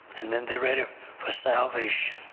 and then they're ready for salvation,